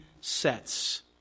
sets